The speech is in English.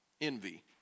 envy